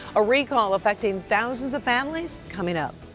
a recall affecting thousands of families coming up.